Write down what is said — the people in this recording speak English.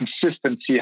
consistency